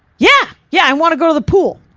yeah, yeah, i want to go to the pool!